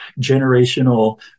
generational